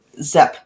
Zep